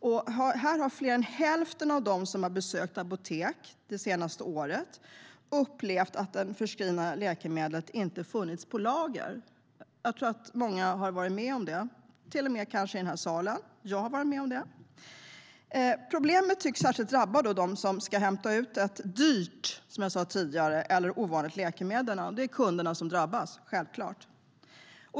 Enligt den har fler än hälften av dem som besökt ett apotek det senaste året upplevt att det förskrivna läkemedlet inte har funnits i lager. Jag tror att många har varit med om det, kanske till och med någon i den här salen. Jag har varit med om det. Problemet tycks drabba särskilt dem som ska hämta ut ett dyrt eller ovanligt läkemedel. Det är självklart kunderna som drabbas.